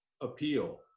appeal